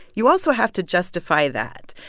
you also have to justify that,